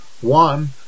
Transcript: One